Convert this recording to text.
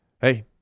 Hey